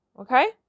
Okay